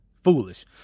foolish